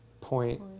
Point